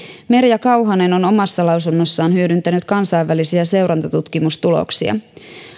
merja kauhanen on omassa lausunnossaan hyödyntänyt kansainvälisiä seurantatutkimustuloksia